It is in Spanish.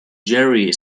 jerry